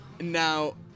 Now